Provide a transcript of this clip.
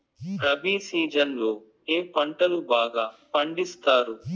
rabi season లో ఏ పంటలు బాగా పండిస్తారు